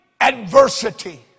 adversity